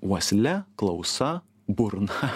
uosle klausa burna